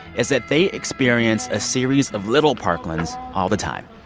is that they experience a series of little parklands all the time.